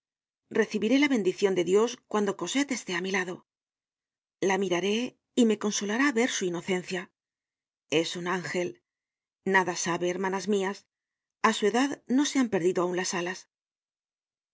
recibiré la bendicion de dios cuando cosette esté á mi lado la miraré y me consolará ver su inocencia es un ángel nada sabe hermanas mias a su edad no se han perdido aun las alas